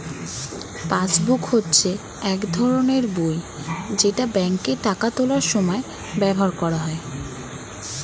passbook হচ্ছে এক ধরনের বই যেটা ব্যাংকে টাকা তোলার সময় ব্যবহার করা হয়